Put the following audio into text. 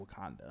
Wakanda